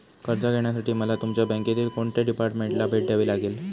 कर्ज घेण्यासाठी मला तुमच्या बँकेतील कोणत्या डिपार्टमेंटला भेट द्यावी लागेल?